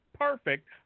Perfect